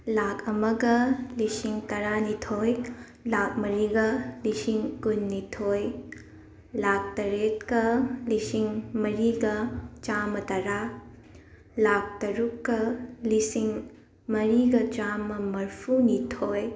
ꯂꯥꯛ ꯑꯃꯒ ꯂꯤꯁꯤꯡ ꯇꯔꯥꯅꯤꯊꯣꯏ ꯂꯥꯛ ꯃꯔꯤꯒ ꯂꯤꯁꯤꯡ ꯀꯨꯟꯅꯤꯊꯣꯏ ꯂꯥꯛ ꯇꯔꯦꯠꯀ ꯂꯤꯁꯤꯡ ꯃꯔꯤꯒ ꯆꯥꯃ ꯇꯔꯥ ꯂꯥꯛ ꯇꯔꯨꯛꯀ ꯂꯤꯁꯤꯡ ꯃꯔꯤꯒ ꯆꯥꯝꯃ ꯃꯔꯐꯨꯅꯤꯊꯣꯏ